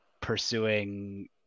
pursuing